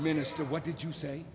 minister what did you say